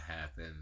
happen